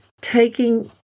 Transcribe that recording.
taking